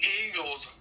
Eagles